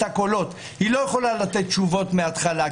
הקולות היא לא יכולה לתת תשובות מהתחלה,